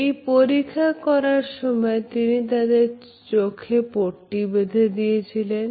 এই পরীক্ষা করার সময় তিনি তাদের চোখে পট্টি বেঁধে দিয়েছিলেন